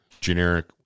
generic